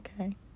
okay